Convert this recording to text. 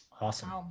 Awesome